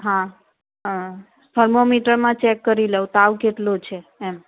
હા હા થર્મોમીટરમાં ચેક કરી લઉં તાવ કેટલો છે એમ